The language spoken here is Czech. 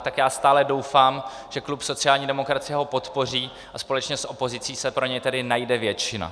Tak já stále doufám, že klub sociální demokracie ho podpoří a společně s opozicí se tedy pro něj najde většina.